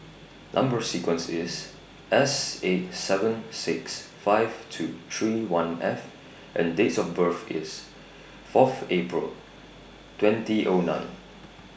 Number sequence IS S eight seven six five two three one F and Date of birth IS Fourth April twenty O nine